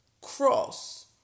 cross